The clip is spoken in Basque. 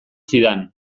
zidan